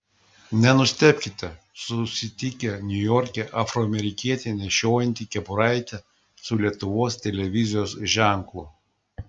nenustebkite susitikę niujorke afroamerikietį nešiojantį kepuraitę su lietuvos televizijos ženklu